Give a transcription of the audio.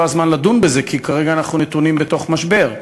הזמן לדון בזה כי כרגע אנחנו נתונים בתוך משבר.